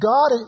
God